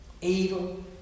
Evil